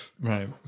Right